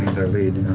their lead,